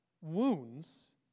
Wounds